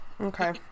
Okay